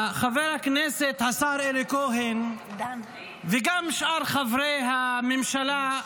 חבר הכנסת השר אלי כהן וגם שאר חברי הממשלה,